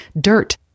dirt